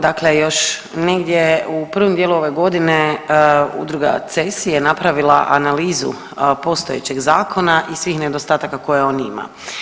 Dakle još negdje u prvom dijelu ove godine, udruga CESI je napravila analizu postojećeg zakona i svih nedostataka koje on ima.